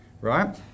right